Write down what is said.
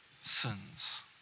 sins